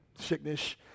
sickness